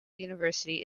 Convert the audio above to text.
university